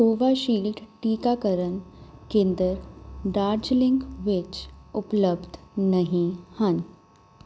Covishield ਟੀਕਾਕਰਨ ਕੇਂਦਰ ਦਾਰਜਲਿੰਗ ਵਿੱਚ ਉਪਲਬਧ ਨਹੀਂ ਹਨ